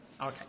Okay